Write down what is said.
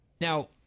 Now